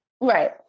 Right